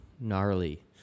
gnarly